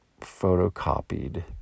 photocopied